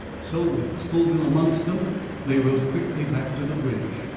so with scoville amongst them they rode quickly back to the bridge,